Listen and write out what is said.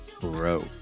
bro